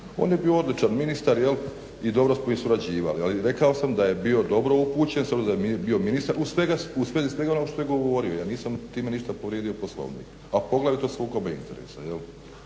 On je bio odličan ministar i dobro smo mi surađivali. Ali rekao sam da je bio dobro upućen s obzirom da je bio ministar u svezi svega onog što je govorio. Ja nisam time ništa povrijedio Poslovnik a poglavito sukobe interesa.